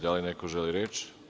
Da li neko želi reč?